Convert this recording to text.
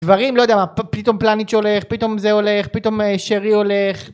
דברים לא יודע מה פתאום פלניץ' הולך פתאום זה הולך פתאום שרי הולך